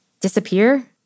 disappear